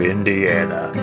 Indiana